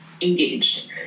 engaged